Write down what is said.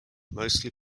mostly